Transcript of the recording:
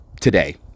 today